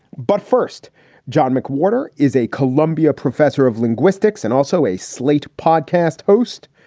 but first john mcwhorter is a columbia professor of linguistics and also a slate podcast host,